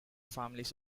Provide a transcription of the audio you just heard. families